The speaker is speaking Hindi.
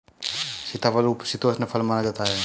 सीताफल उपशीतोष्ण फल माना जाता है